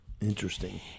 Interesting